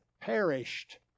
perished